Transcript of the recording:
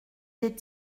des